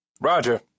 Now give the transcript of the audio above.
Roger